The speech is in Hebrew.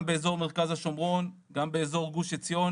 גם באזור מרכז השומרון, גם באזור גוש עציון.